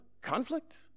conflict